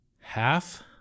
half